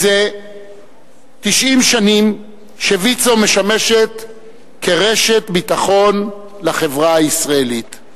זה 90 שנים ויצו משמשת "רשת ביטחון" לחברה הישראלית.